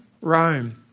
Rome